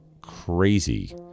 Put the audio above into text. crazy